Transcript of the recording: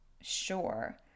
sure